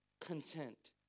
content